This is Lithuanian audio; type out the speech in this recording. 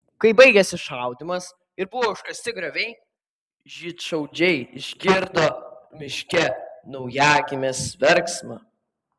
kai baigėsi šaudymas ir buvo užkasti grioviai žydšaudžiai išgirdo miške naujagimės verksmą